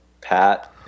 Pat